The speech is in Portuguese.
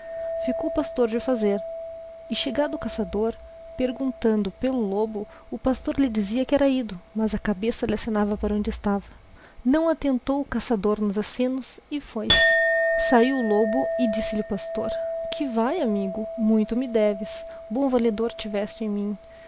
ficou o pastor de o fazer e cher fado o caçador perguntando pelo lobo o pastor lhe dizia que era ido j mas com a cabeça lhe acenava para onde estava naõ attentou o caçador pqs acenos c foi e sahio o lobo e disse-lhe pastor que rai amigo muito me deves bom valedor tives te em mim